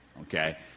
Okay